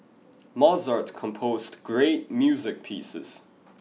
Mozart composed great music pieces